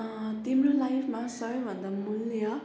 तिम्रो लाइफमा सबैभन्दा मूल्य